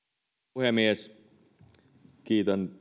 puhemies kiitän